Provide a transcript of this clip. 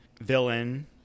villain